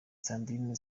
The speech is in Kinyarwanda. sandrine